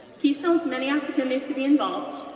keystone's many opportunities to be involved,